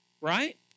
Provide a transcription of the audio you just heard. Right